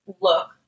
look